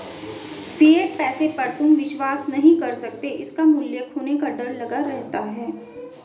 fiat पैसे पर तुम विश्वास नहीं कर सकते इसका मूल्य खोने का डर लगा रहता है